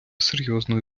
серйозно